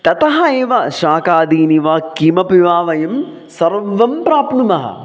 ततः एव शाकादीनि वा किमपि वा वयं सर्वं प्राप्नुमः